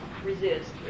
resist